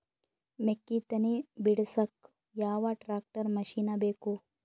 ಮೆಕ್ಕಿ ತನಿ ಬಿಡಸಕ್ ಯಾವ ಟ್ರ್ಯಾಕ್ಟರ್ ಮಶಿನ ಬೇಕು?